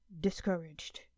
discouraged